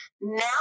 Now